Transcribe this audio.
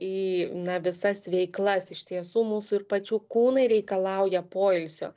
į na visas veiklas iš tiesų mūsų ir pačių kūnai reikalauja poilsio